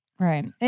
Right